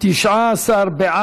1 17 נתקבלו.